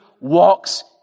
walks